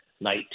Night